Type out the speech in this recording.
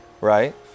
right